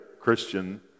Christian